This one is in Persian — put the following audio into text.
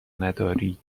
نداری